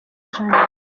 ijana